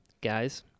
guys